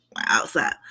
outside